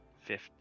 fifth